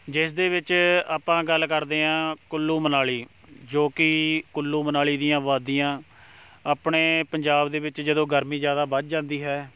ਜਿਸ ਦੇ ਵਿੱਚ ਆਪਾਂ ਗੱਲ ਕਰਦੇ ਹਾਂ ਕੁੱਲੂ ਮਨਾਲੀ ਜੋ ਕਿ ਕੁੱਲੂ ਮਨਾਲੀ ਦੀਆਂ ਵਾਦੀਆਂ ਆਪਣੇ ਪੰਜਾਬ ਦੇ ਵਿੱਚ ਜਦੋਂ ਗਰਮੀ ਜ਼ਿਆਦਾ ਵੱਧ ਜਾਂਦੀ ਹੈ